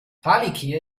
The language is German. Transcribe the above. palikir